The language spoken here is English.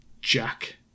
Jack